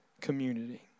community